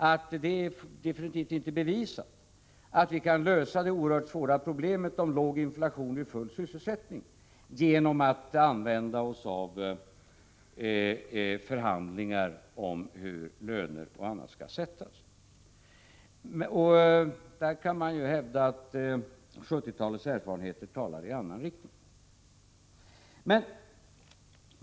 Det är definitivt inte bevisat att vi kan lösa det oerhört svåra problemet låg inflation med full sysselsättning genom att använda oss av förhandlingar om hur löner och annat skall sättas. Här kan man hävda att 1970-talets erfarenheter talar i annan riktning.